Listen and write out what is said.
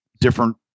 different